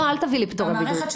לא, רגע,